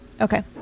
Okay